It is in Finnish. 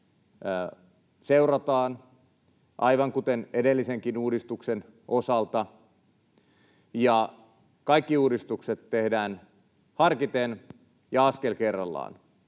seurataan aivan kuten edellisenkin uudistuksen osalta ja kaikki uudistukset tehdään harkiten ja askel kerrallaan.